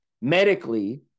medically